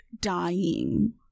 dying